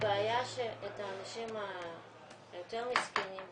הבעיה שאת האנשים היותר מסכנים,